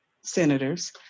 senators